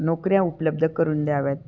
नोकऱ्या उपलब्ध करून द्याव्यात